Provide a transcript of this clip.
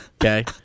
Okay